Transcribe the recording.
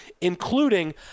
including